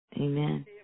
Amen